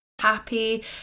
happy